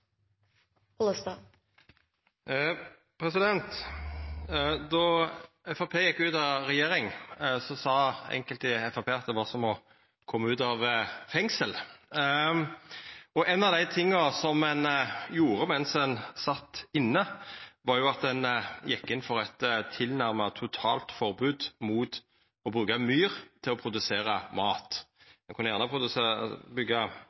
blir replikkordskifte. Då Framstegspartiet gjekk ut av regjering, sa enkelte i Framstegspartiet at det var som å koma ut av fengsel. Ein av dei tinga som ein gjorde mens ein sat inne, var å gå inn for eit tilnærma totalt forbod mot å bruka myr til å produsera